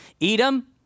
Edom